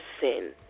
sin